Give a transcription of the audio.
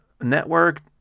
Network